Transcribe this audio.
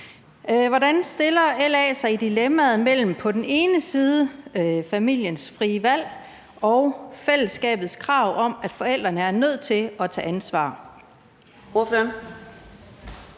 Hvordan stiller LA sig i dilemmaet mellem på den ene side familiens frie valg og på den anden side fællesskabets krav om, at forældrene er nødt til at tage ansvar?